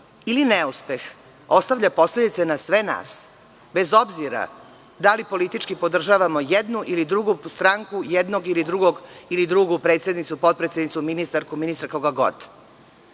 ili neuspeh ostavlja posledice po sve nas, bez obzira da li politički podržavamo jednu ili drugu stranku, jednu ili drugu predsednicu, potpredsednicu, ministarku, ministra, koga god. To